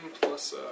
plus